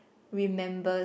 remembers